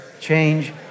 change